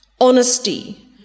honesty